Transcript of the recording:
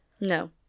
No